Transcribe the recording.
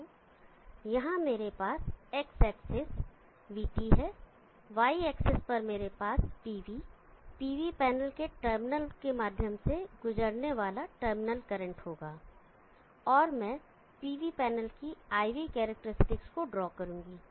तो यहां मेरे पास X एक्सिस पर vT है Y एक्सिस पर मेरे पास pv pv पैनल के टर्मिनल के माध्यम से गुजरने वाला टर्मिनल करंट होगा और मैं pv पैनल की IV करैक्टेरिस्टिक्स को ड्रॉ करूंगा